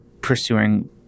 pursuing